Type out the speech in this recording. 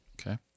Okay